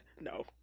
No